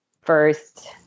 first